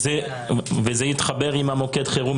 זה יתחבר עם מוקד החירום,